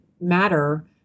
matter